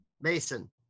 Mason